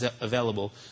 available